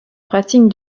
pratique